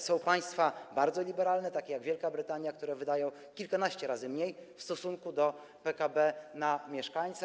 Są państwa bardzo liberalne, takie jak Wielka Brytania, które wydają kilkanaście razy mniej w stosunku do PKB na mieszkańca.